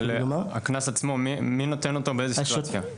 אבל הקנס עצמו, מי נותן אותו ובאיזו סיטואציה?